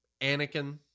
Anakin